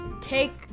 take